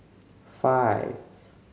five